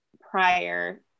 prior